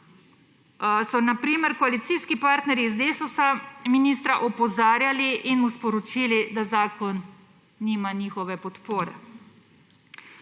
so na primer koalicijski partnerji iz Desusa ministra opozarjali in mu sporočili, da zakon nima njihove podpore.